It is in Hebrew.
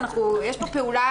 פה פעולה